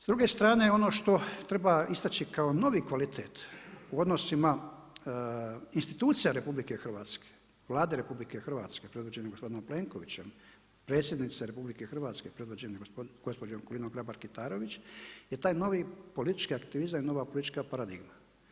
S druge strane ono što treba istači kao novi kvalitet u odnosima institucija RH, Vlade RH predvođene gospodinom Plenkovićem, predsjednice RH predvođene gospođom Kolindom Grabar Kitarović je taj novi politički aktivizam i nova politička paradigma.